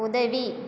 உதவி